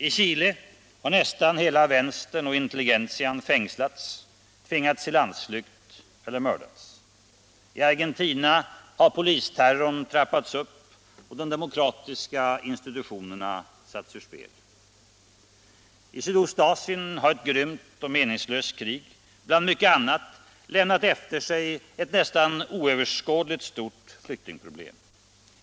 I Chile har nästan hela vänstern och intelligentian fängslats, tvingats i landsflykt eller mördats. I Argentina har polisterrorn trappats upp och de demokratiska institutionerna satts ur spel. I Sydostasien har ett grymt och meningslöst krig bland mycket annat lämnat efter sig ett nästan oöverskådligt stort flyktingproblem.